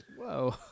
whoa